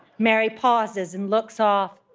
mary pauses and looks off,